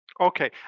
Okay